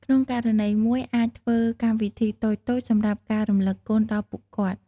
ក្នុងករណីមួយអាចធ្វើកម្មវិធីតូចៗ សម្រាប់ការរំលឹកគុណដល់ពួកគាត់។